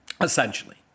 essentially